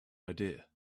idea